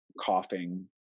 coughing